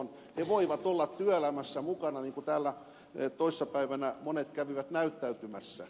he voivat olla työelämässä mukana niin kuin täällä toissa päivänä monet kävivät näyttäytymässä